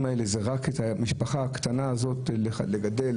האלה זה רק את המשפחה הקטנה הזאת לגדל,